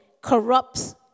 corrupts